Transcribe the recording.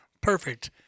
perfect